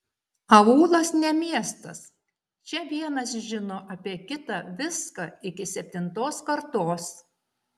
aūlas ne miestas čia vienas žino apie kitą viską iki septintos kartos